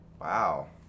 Wow